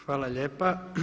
Hvala lijepa.